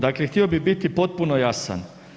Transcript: Dakle htio bi biti potpuno jasan.